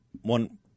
one